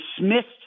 dismissed